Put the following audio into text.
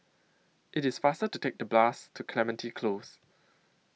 IT IS faster to Take The Bus to Clementi Close